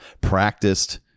practiced